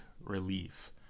relief